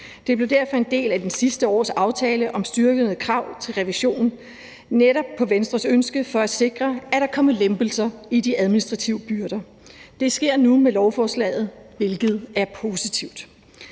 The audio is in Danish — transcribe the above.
Det blev derfor en del af sidste års aftale om styrkede krav til revision netop på baggrund af Venstres ønske om at sikre, at der kom lempelser af de administrative byrder. Det sker nu med lovforslaget, hvilket er positivt.